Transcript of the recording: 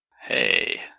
Hey